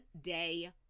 day